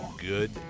Good